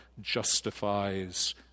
justifies